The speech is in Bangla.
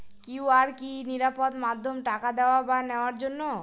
কিউ.আর কি নিরাপদ মাধ্যম টাকা দেওয়া বা নেওয়ার জন্য?